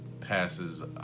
passes